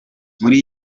muri